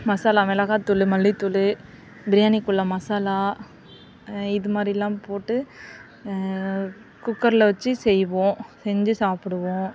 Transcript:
மசாலா மெளகா தூள் மல்லித்தூள் பிரியாணிக்குள்ளே மசாலா இது மாதிரிலாம் போட்டு குக்கரில் வச்சு செய்வோம் செஞ்சு சாப்பிடுவோம்